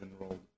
enrolled